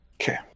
Okay